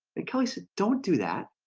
because i said don't do that